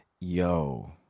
Yo